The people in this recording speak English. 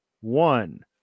one